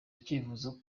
icyifuzo